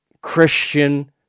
Christian